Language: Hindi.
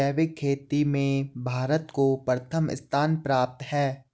जैविक खेती में भारत को प्रथम स्थान प्राप्त है